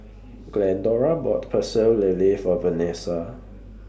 Glendora bought Pecel Lele For Vanesa